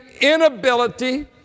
inability